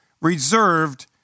reserved